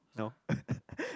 no